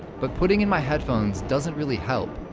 but putting in my headphones doesn't really help.